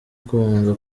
kubanza